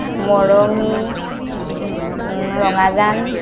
Morongi Rangajan